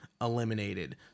eliminated